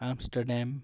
Amsterdam